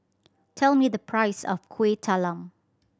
tell me the price of Kuih Talam